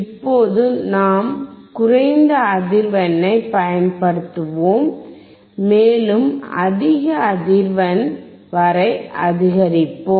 இப்போது நாம் குறைந்த அதிர்வெண்ணைப் பயன்படுத்துவோம் மேலும் அதிக அதிர்வெண் வரை அதிகரிப்போம்